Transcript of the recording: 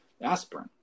aspirin